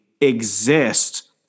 exist